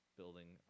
building